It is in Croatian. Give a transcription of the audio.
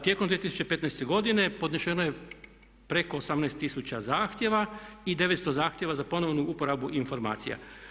Tijekom 2015. godine podneseno je preko 18 tisuća zahtjeva i 900 zahtjeva za ponovnu uporabu informacija.